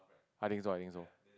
I think so I think so